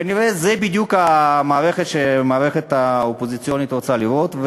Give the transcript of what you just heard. כנראה זו בדיוק המערכת שהמערכת האופוזיציונית רוצה לראות,